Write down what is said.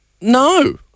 No